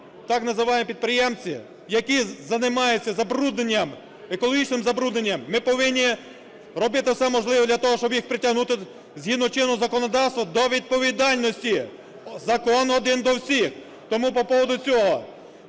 так називаємі підприємці, які займаються забрудненням, екологічним забрудненням, ми повинні робити все можливе для того, щоби їх притягнути згідно чинного законодавства до відповідальності. Закон один до всіх. Тому по поводу цього.